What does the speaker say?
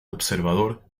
observador